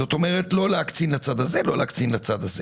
כלומר לא להקצין לצד הזה ולא להקצין לצד האחר.